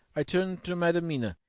i turned to madam mina,